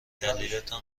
دلیلتان